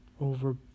over